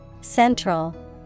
Central